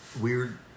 weird